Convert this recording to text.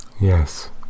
yes